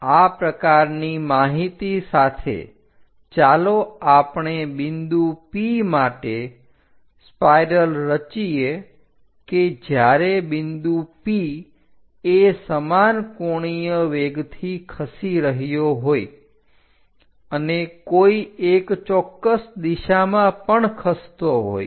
આ પ્રકારની માહિતી સાથે ચાલો આપણે બિંદુ P માટે સ્પાઇરલ રચીએ કે જ્યારે બિંદુ P એ સમાન કોણીય વેગથી ખસી રહ્યો હોય અને કોઈ એક ચોક્કસ દિશામાં પણ ખસતો હોય